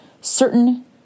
certain